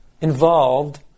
involved